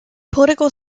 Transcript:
political